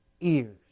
ears